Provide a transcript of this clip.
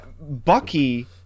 Bucky